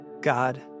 God